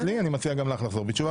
הצעת לי אני מציע גם לך לחזור בתשובה